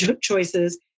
choices